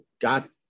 got